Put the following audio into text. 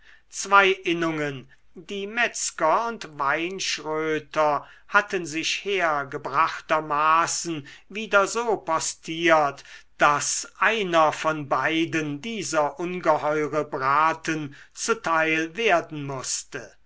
zwei innungen die metzger und weinschröter hatten sich hergebrachtermaßen wieder so postiert daß einer von beiden dieser ungeheure braten zuteil werden mußte